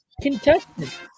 contestant